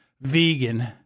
vegan